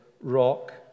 rock